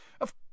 Of